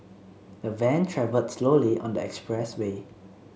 the van travelled slowly on the expressway